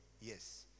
yes